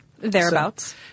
Thereabouts